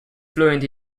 fluent